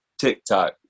TikTok